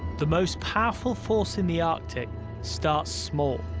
the most powerful force in the arctic starts small,